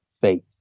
faith